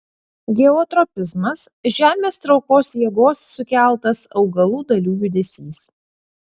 geotropizmas žemės traukos jėgos sukeltas augalų dalių judesys